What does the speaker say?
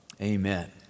amen